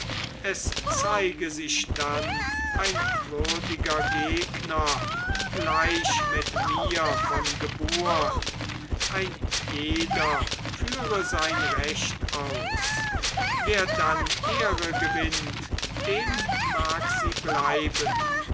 es zeige sich dann ein würdiger gegner gleich mit mir von geburt ein jeder führe sein recht aus wer dann ehre gewinnt dem mag sie bleiben